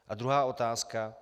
A druhá otázka.